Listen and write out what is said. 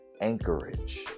anchorage